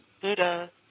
Buddha